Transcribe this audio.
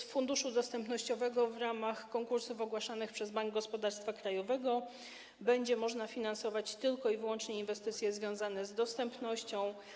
Z funduszu dostępnościowego w ramach konkursów ogłaszanych przez Bank Gospodarstwa Krajowego będzie można finansować wyłączne inwestycje związane z dostępnością.